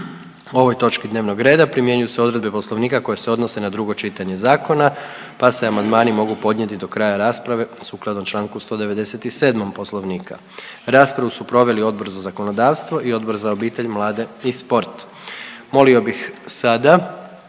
o ovoj točki dnevnog reda primjenjuju se odredbe Poslovnika koje se odnose na drugo čitanje zakona, pa se amandmani mogu podnijeti do kraja rasprave sukladno članku 197. Poslovnika. Raspravu su proveli Odbor za zakonodavstvo i Odbor za obitelj, mlade i sport. Molio bih sada,